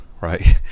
right